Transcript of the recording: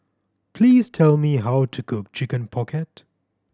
please tell me how to cook Chicken Pocket